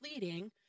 leading